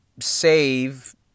save